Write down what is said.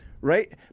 Right